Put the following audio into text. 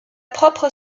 propre